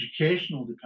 educational